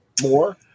more